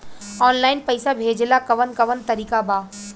Online पइसा भेजेला कवन कवन तरीका बा?